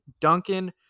Duncan